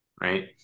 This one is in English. right